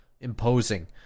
imposing